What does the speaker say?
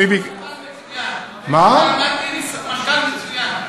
מנכ"ל מצוין.